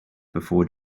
before